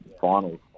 finals